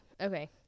Okay